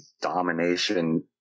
domination